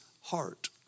heart